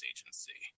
Agency